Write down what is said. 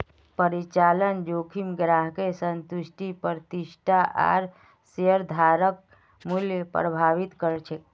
परिचालन जोखिम ग्राहकेर संतुष्टि प्रतिष्ठा आर शेयरधारक मूल्यक प्रभावित कर छेक